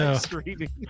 streaming